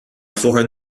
forêt